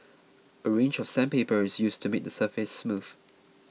a range of sandpaper is used to make the surface smooth